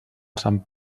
sant